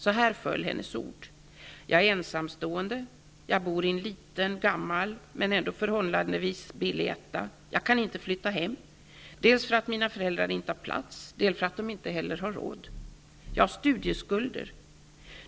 Så här föll hennes ord: Jag är ensamstående, jag bor i en liten, gammal och förhållandevis billig etta. Jag kan inte flytta hem, dels för att mina föräldrar inte har plats, dels för att de inte heller har råd. Jag har studieskulder.